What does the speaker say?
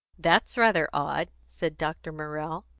that's rather odd, said dr. morrell.